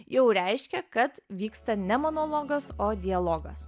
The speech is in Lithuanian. jau reiškia kad vyksta ne monologas o dialogas